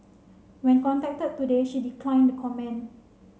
when contacted today she declined comment